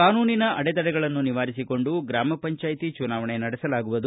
ಕಾನೂನಿನ ಅಡೆತಡೆಗಳನ್ನು ನಿವಾರಿಸಿಕೊಂಡು ಗ್ರಾಮ ಪಂಜಾಯತಿ ಚುನಾವಣೆ ನಡೆಸಲಾಗುವುದು